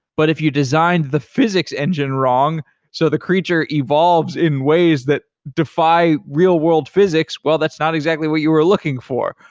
but if you designed the physics engine wrong so the creature evolves in ways that defy real-world physics, well, that's not exactly what you were looking for.